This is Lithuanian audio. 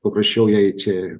paprasčiau jai čia